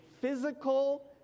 physical